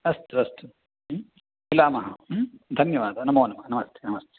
अस्तु अस्तु मिलामः धन्यवादः नमो नमः नमस्ते नमस्ते